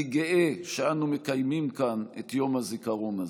אני גאה שאנו מקיימים כאן את יום הזיכרון הזה.